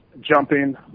jumping